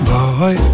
Boy